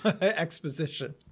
exposition